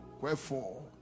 wherefore